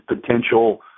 potential